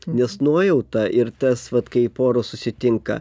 nes nuojauta ir tas vat kai poros susitinka